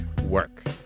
work